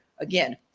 again